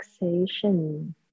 relaxation